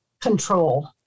control